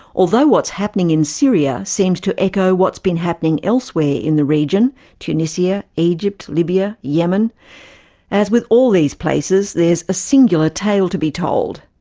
although what's happening in syria seems to echo what's been happening elsewhere in the region tunisia, egypt, libya, yemen as with all these places, there's a singular tale to be told.